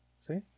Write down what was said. See